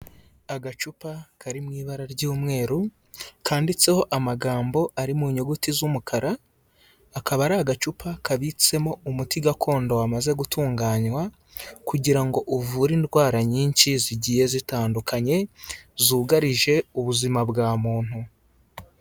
Agacupa kari mu ibara ry'umweru kanditseho amagambo ari mu nyuguti z'umukara, akaba ari agacupa kabitsemo umuti gakondo wamaze gutunganywa, kugira ngo uvure indwara nyinshi zigiye zitandukanye zugarije ubuzima bwa muntu.